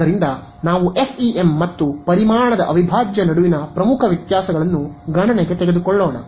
ಆದ್ದರಿಂದ ನಾವು ಎಫ್ಇಎಂ ಮತ್ತು ಪರಿಮಾಣದ ಅವಿಭಾಜ್ಯ ನಡುವಿನ ಪ್ರಮುಖ ವ್ಯತ್ಯಾಸಗಳನ್ನು ಗಣನೆಗೆ ತೆಗೆದುಕೊಳ್ಳೋಣ